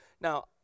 Now